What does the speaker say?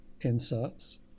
inserts